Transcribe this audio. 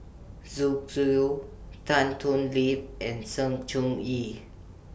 Zoo Zhu Tan Thoon Lip and Sng Choon Yee